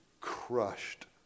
crushed